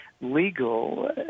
legal